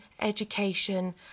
education